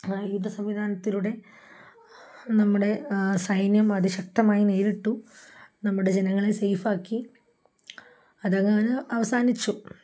സംവിധാനത്തിലൂടെ നമ്മുടെ സൈന്യം അതിശക്തമായി നേരിട്ടു നമ്മുടെ ജനങ്ങളെ സേഫാക്കി അതങ്ങനെ അവസാനിച്ചു